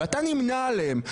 ואתה נמנה עליהם,